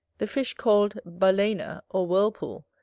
the fish called balaena or whirlpool,